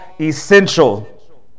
essential